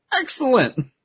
excellent